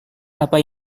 apa